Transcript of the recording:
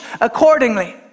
accordingly